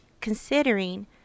considering